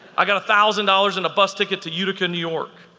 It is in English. i got a thousand dollars and a bus ticket to utica, new york.